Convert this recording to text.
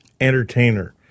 entertainer